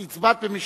את הצבעת ב"משתתף",